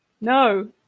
No